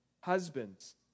Husbands